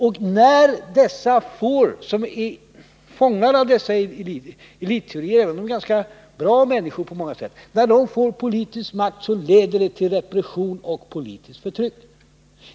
Och när de som är fångade av dessa elitteorier — även om det är ganska bra människor på många sätt — får politisk makt leder det tiil repression och politiskt förtryck.